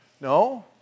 No